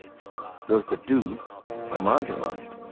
and so those that do are marginalised.